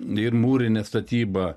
ir mūrinė statyba